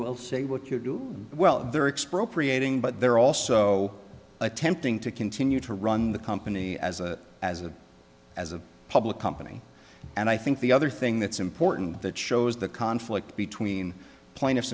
well say what you do well they're exposed prieta but they're also attempting to continue to run the company as a as a as a public company and i think the other thing that's important that shows the conflict between plaintiffs